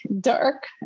dark